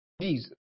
Jesus